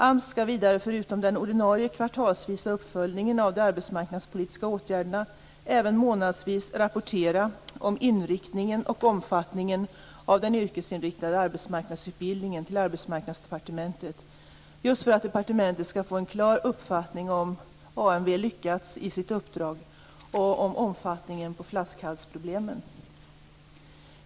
AMS skall vidare förutom den ordinarie kvartalsvisa uppföljningen av de arbetsmarknadspolitiska åtgärderna även månadsvis rapportera om inriktningen och omfattningen av den yrkesinriktade arbetsmarknadsutbildningen till Arbetsmarknadsdepartementet just för att departementet skall få en klar uppfattning om AMV lyckas i sitt uppdrag och om omfattningen på flaskhalsproblemen.